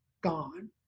gone